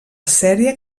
sèrie